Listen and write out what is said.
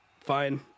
Fine